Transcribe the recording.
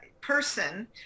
person